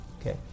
Okay